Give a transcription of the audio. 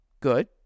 good